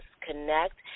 connect